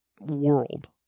world